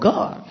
God